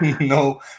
no